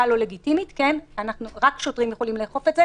לא לגיטימית רק שוטרים יכולים לאכוף את זה.